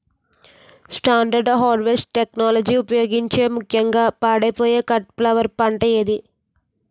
Standard harvest టెక్నాలజీని ఉపయోగించే ముక్యంగా పాడైపోయే కట్ ఫ్లవర్ పంట ఏది?